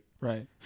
Right